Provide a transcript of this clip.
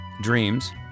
Dreams